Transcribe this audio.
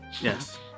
Yes